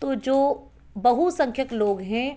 तो जो बहुसंख्यक लोग हैं